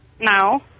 No